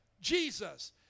Jesus